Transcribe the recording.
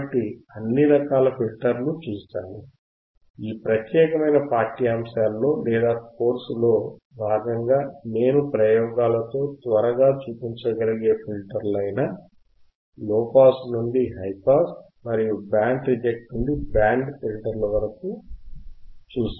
కాబట్టి అన్ని రకాల ఫిల్టర్లు చూశాము ఈ ప్రత్యేకమైన పాఠ్యాంశాల్లో లేదా కోర్సులో భాగంగా నేను ప్రయోగాలతో త్వరగా చూపించగలిగే ఫిల్టర్లైన లోపాస్ నుండి హైపాస్ మరియు బ్యాండ్ రిజెక్ట్ నుండి బ్యాండ్ ఫిల్టర్ల వరకు చూశాము